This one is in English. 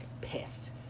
pissed